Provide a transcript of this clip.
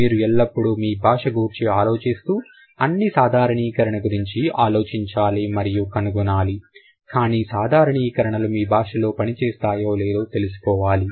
మీరు ఎల్లప్పుడూ మీ భాష గూర్చి ఆలోచిస్తూ అన్ని సాధారణీకరణ గురించి ఆలోచించాలి మరియు కనుగొనాలి కానీ సాధారణీకరణలు మీ భాషలో పని చేస్తాయో లేదో తెలుసుకోవాలి